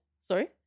Sorry